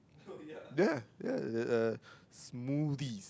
ya ya there a smoothies